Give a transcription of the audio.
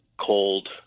cold